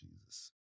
Jesus